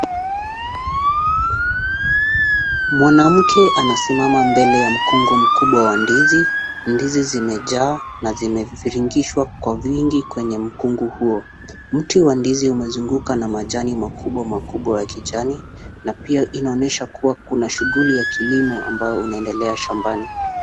Mwanamke anasimama mbele ya mkungu mkubwa wa ndizi. Ndizi zimejaa na zimeviringishwa kwa wingi kwenye mkungu huo. Mti wa ndizi umezungukwa na majani makubwa makubwa ya kijani, na pia inaonyesha kuwa kuna shughuli ya kilimo ambayo unaendelea shambani.